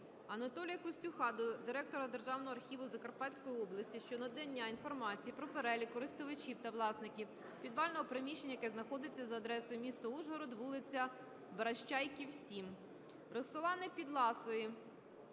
Анатолія Костюха до директора Державного архіву Закарпатської області щодо надання інформації про перелік користувачів та власників підвального приміщення, яке знаходиться за адресою: місто Ужгород, вулиця Бращайків, 7. Роксолани Підласої